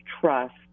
trust